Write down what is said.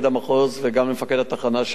גם למפקד המחוז וגם למפקד התחנה שם.